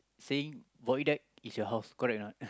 saying void deck is your house correct or not